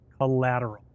collateral